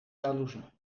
jaloezie